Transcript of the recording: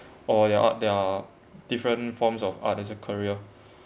or there are there are different forms of art as a career